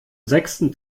sechsten